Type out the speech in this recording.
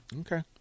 Okay